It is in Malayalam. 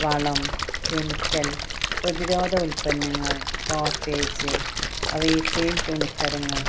വളം കെമിക്കൽ പ്രതിരോധ ഉൽപ്പന്നങ്ങൾ കോട്ടേജ് റീട്ടെയിൽ തുണിത്തരങ്ങൾ